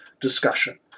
discussion